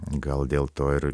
gal dėl to ir